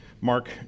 Mark